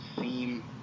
seem